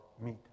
meet